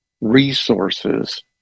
resources